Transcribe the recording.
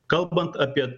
kalbant apie